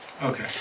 okay